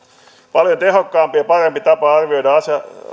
paljon tehokkaampi ja parempi tapa arvioida